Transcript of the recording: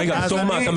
קו"ף,